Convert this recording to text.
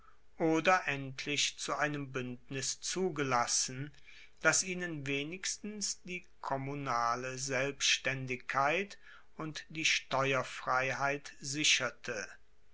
oder endlich zu einem buendnis zugelassen das ihnen wenigstens die kommunale selbstaendigkeit und die steuerfreiheit sicherte